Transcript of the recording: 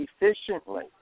efficiently